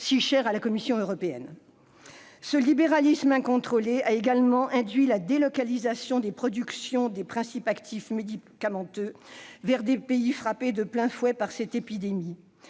si cher à la Commission européenne ! Ce libéralisme incontrôlé a également induit la délocalisation des productions des principes actifs médicamenteux vers des pays frappés de plein fouet par cette épidémie.